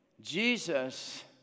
Jesus